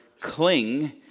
cling